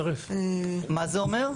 מה זה אומר?